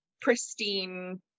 pristine